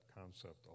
concept